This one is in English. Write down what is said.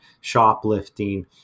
shoplifting